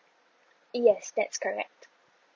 yes that's correct